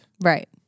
Right